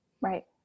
right